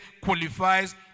qualifies